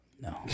No